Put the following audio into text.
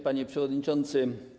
Panie Przewodniczący!